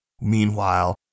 Meanwhile